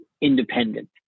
independent